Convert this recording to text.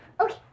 Okay